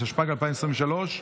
התשפ"ג 2023,